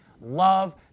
love